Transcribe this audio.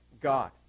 God